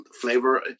flavor